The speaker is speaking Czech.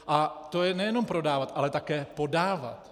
A to je nejenom prodávat, ale také podávat.